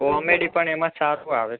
comedy પણ એમાં સારું આવે છે